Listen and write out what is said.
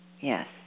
yes